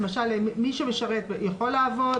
למשל מי שמשרת, הוא יכול לעבוד?